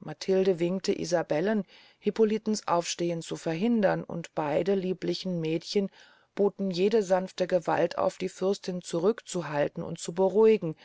matilde winkte isabellen hippolitens aufstehen zu verhindern und beyde liebliche mädchen boten jede sanfte gewalt auf die fürstin zurück zu halten und zu beruhigen